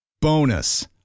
Bonus